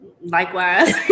Likewise